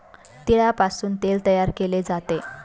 तिळापासून तेल तयार केले जाते